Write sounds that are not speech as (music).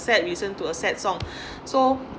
sad listen to a sad song (breath) so